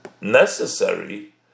necessary